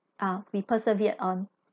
ah we persevered on